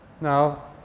Now